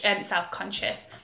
self-conscious